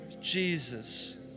Jesus